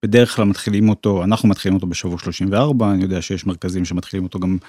בדרך כלל מתחילים אותו.. אנחנו מתחילים אותו בשבוע 34 אני יודע שיש מרכזים שמתחילים אותו גם.